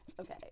Okay